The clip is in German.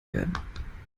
werden